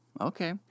Okay